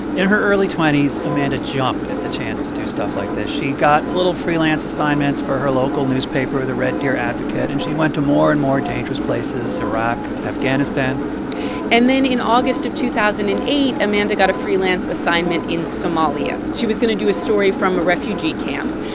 in her early twenty s, amanda jumped at the chance to do stuff like this. she got little freelance assignments for her local newspaper, the red deer advocate. and she went to more and more dangerous places iraq, afghanistan and then in august of two thousand and eight, amanda got a freelance assignment in somalia. she was going to do a story from a refugee camp.